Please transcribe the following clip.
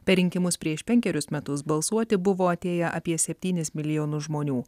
per rinkimus prieš penkerius metus balsuoti buvo atėję apie septynis milijonus žmonių